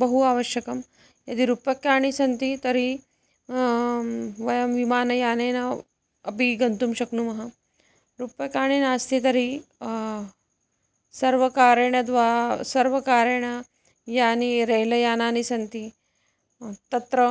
बहु आवश्यकं यदि रूप्यकाणि सन्ति तर्हि वयं विमानयानेन अपि गन्तुं शक्नुमः रूप्यकाणि नास्ति तर्हि सर्वकारेण द्वारा सर्वकारेण यानि रेल यानानि सन्ति तत्र